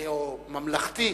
או ממלכתי